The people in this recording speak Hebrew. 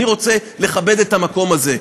אני רוצה לכבד את המקום הזה.